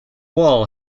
wall